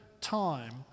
time